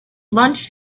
lunch